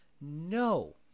No